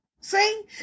See